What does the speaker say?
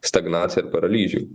stagnaciją ar paralyžių